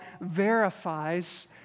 verifies